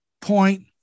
point